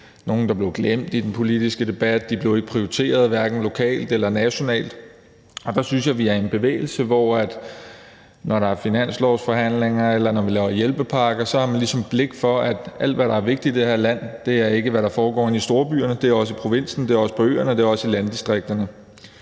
nogle, der blev lidt glemt i den politiske debat. De blev ikke prioriteret, hverken lokalt eller nationalt, og der synes jeg, at vi er i en bevægelse, hvor, når der er finanslovsforhandlinger, eller når vi laver hjælpepakker, man ligesom har blik for, at alt, hvad der er vigtigt i det her land, ikke er, hvad der foregår inde i storbyerne. Det er også i provinsen. Det er også på øerne. Det er også i landdistrikterne.